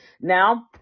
Now